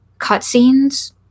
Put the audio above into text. cutscenes